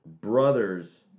brothers